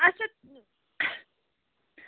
اچھا